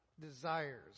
desires